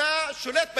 אתה שולט בהם,